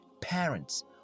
parents